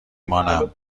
مانم